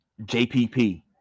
JPP